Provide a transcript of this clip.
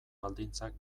baldintzak